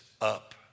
up